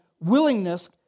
willingness